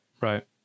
Right